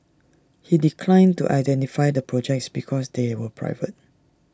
he declined to identify the projects because they were private